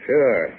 Sure